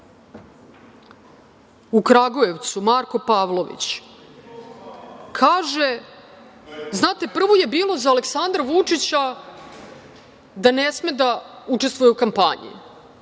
u Kragujevcu, Marko Pavlović kaže… Znate, prvo je bilo za Aleksandra Vučića da ne sme da učestvuje u kampanji,